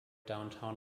downtown